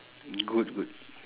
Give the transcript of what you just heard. good good